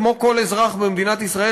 כמו כל אזרח במדינת ישראל,